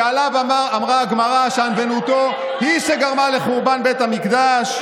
שעליו אמרה הגמרא שענוותנותו היא שגרמה לחורבן בית המקדש.